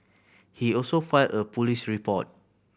he also filed a police report